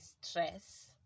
stress